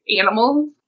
animals